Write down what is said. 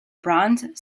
bronze